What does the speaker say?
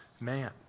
man